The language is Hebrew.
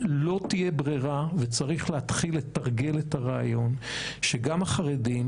לא תהיה ברירה וצריך להתחיל לתרגל את הרעיון שגם החרדים